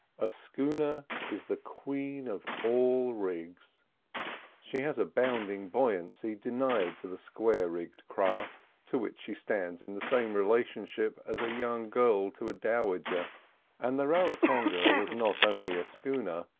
a schooner is the queen of all rigs she has a bounding buoyancy denied to the square-rigged craft, to which she stands in the same relationship as a young girl to a dowager and the raratonga was not only a schooner,